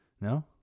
No